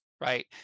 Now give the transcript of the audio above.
Right